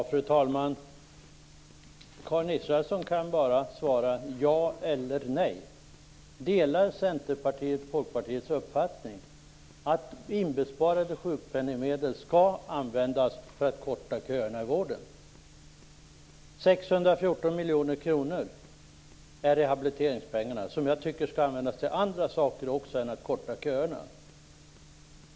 Fru talman! Karin Israelsson kan bara svara ja eller nej. Delar Centerpartiet Folkpartiets uppfattning att inbesparade sjukpenningmedel skall användas för att korta köerna i vården? 614 miljoner kronor - det är rehabiliteringspengarna, som jag tycker skall användas också till andra saker än att korta köerna.